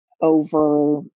over